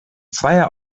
zweier